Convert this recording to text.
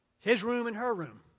his room and her room.